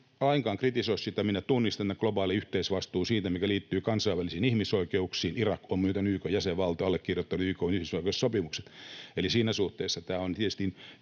lainkaan kritisoi sitä. Minä tunnistan globaalin yhteisvastuun siitä, mikä liittyy kansainvälisiin ihmisoikeuksiin. Irak on muuten YK:n jäsenvaltio, allekirjoittanut YK:n ihmisoikeussopimukset, eli siinä suhteessa tämä on tietysti